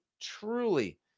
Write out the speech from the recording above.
truly